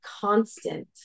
constant